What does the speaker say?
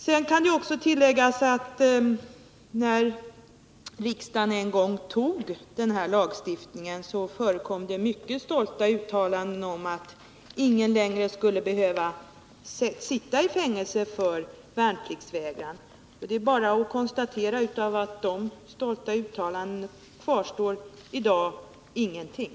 Det kan också tilläggas, att när riksdagen en gång antog den här lagstiftningen, förekom mycket stolta uttalanden om att ingen längre skulle behöva sitta i fängelse för värnpliktsvägran. Det är bara att konstatera att av dessa stolta uttalanden kvarstår i dag ingenting.